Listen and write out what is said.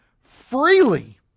Freely